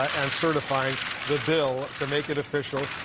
and certifying the bill to make it official.